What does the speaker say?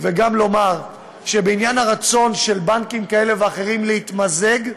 ולומר שבעניין הרצון של בנקים כאלה ואחרים להתמזג,